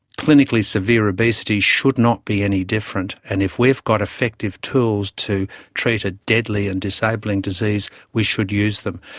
clinically severe obesity should not be any different, and if we have got effective tools to treat a deadly and disabling disease, we should use them.